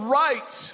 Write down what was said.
right